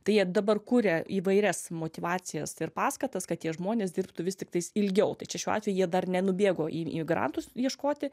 tai jie dabar kuria įvairias motyvacijas ir paskatas kad tie žmonės dirbtų vis tiktais ilgiau tai čia šiuo atveju jie dar nenubėgo į imigrantus ieškoti